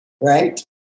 right